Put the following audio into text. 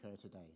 today